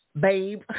Babe